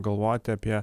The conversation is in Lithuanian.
galvoti apie